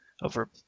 over